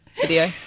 video